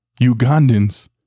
Ugandans